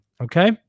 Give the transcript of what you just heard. Okay